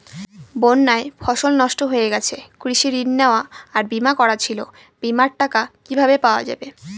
বন্যায় ফসল নষ্ট হয়ে গেছে কৃষি ঋণ নেওয়া আর বিমা করা ছিল বিমার টাকা কিভাবে পাওয়া যাবে?